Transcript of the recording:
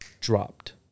dropped